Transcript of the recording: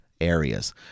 areas